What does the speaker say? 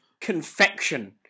confection